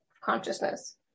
consciousness